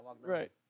right